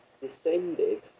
descended